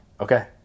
Okay